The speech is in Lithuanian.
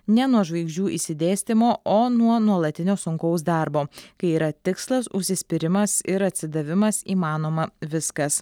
ne nuo žvaigždžių išsidėstymo o nuo nuolatinio sunkaus darbo kai yra tikslas užsispyrimas ir atsidavimas įmanoma viskas